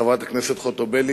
חברת הכנסת חוטובלי,